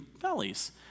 valleys